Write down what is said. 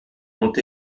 ont